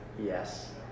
Yes